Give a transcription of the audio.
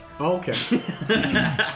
okay